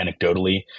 anecdotally